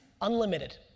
Unlimited